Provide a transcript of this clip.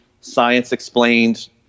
science-explained